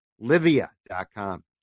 livia.com